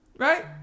Right